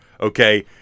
okay